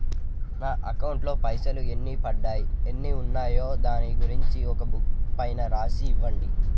నా అకౌంట్ లో పైసలు ఎన్ని పడ్డాయి ఎన్ని ఉన్నాయో దాని గురించి ఒక బుక్కు పైన రాసి ఇవ్వండి?